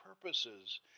purposes